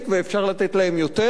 ואפשר לתת יותר,